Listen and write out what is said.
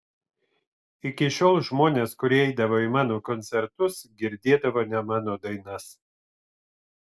iki šiol žmonės kurie eidavo į mano koncertus girdėdavo ne mano dainas